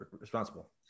responsible